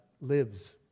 lives